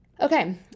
Okay